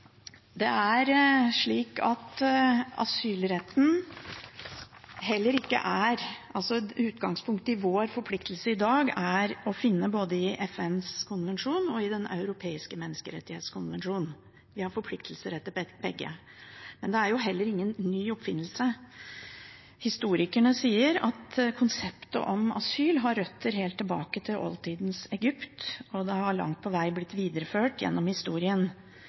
Det er slik at utgangspunktet i vår forpliktelse i dag er å finne både i FNs konvensjon og i Den europeiske menneskerettighetskonvensjonen. Vi har forpliktelser etter begge. Men det er ingen ny oppfinnelse. Historikerne sier at konseptet om asyl har røtter helt tilbake til oldtidas Egypt, og det har langt på vei blitt videreført gjennom historien.